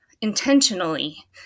intentionally